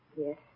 Yes